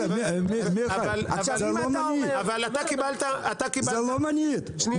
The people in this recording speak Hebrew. מיכאל, זה לא מונית, זה בסך הכול נייר.